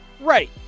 Right